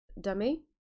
dummy